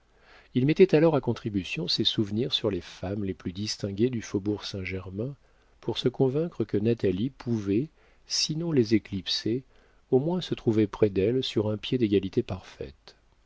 il mettait alors à contribution ses souvenirs sur les femmes les plus distinguées du faubourg saint-germain pour se convaincre que natalie pouvait sinon les éclipser au moins se trouver près d'elles sur un pied d'égalité parfaite